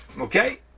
Okay